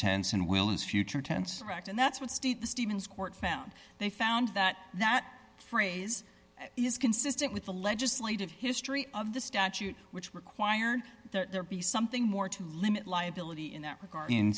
tense and will is future tense fact and that's what state the stevens court found they found that that phrase is consistent with the legislative history of the statute which required there be something more to limit liability in that regard in